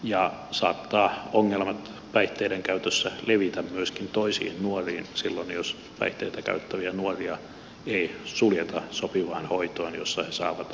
ja saattavat ongelmat päihteiden käytössä levitä myöskin toisiin nuoriin silloin jos päihteitä käyttäviä nuoria ei suljeta sopivaan hoitoon jossa he saavat